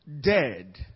dead